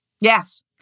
Yes